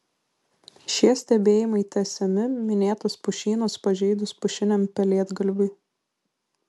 šie stebėjimai tęsiami minėtus pušynus pažeidus pušiniam pelėdgalviui